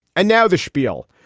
and now the schpiel,